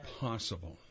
possible